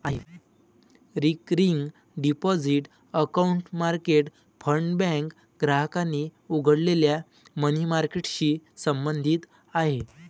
recurring deposit account market fund bank ग्राहकांनी उघडलेल्या money मार्केटशी संबंधित आहे